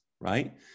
right